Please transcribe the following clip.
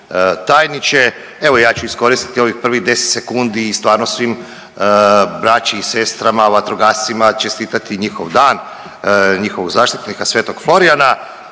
Evo ja ću iskoristiti ovih prvih 10 sekundi i stvarno svim, braći i sestrama vatrogascima čestitati njihov dan, njihovog zaštitnika Svetog Florijana